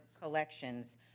collections